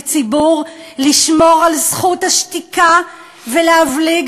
למנהיג ציבור לשמור על זכות השתיקה ולהבליג